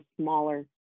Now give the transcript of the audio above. smaller